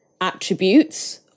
attributes